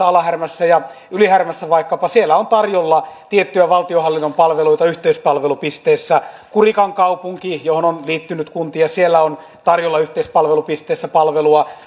alahärmässä ja ylihärmässä on tarjolla tiettyjä valtionhallinnon palveluita yhteispalvelupisteessä kurikan kaupungissa johon on liittynyt kuntia on tarjolla yhteispalvelupisteessä palvelua